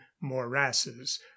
morasses